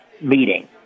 meeting